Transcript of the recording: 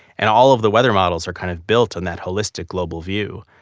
and all of the weather models are kind of built on that holistic global view.